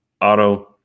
Auto